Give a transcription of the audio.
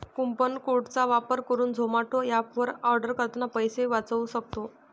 coupon code चा वापर करुन झोमाटो एप वर आर्डर करतांना पैसे वाचउ सक्तो